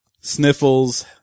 sniffles